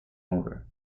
motor